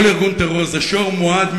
זה שור מועד,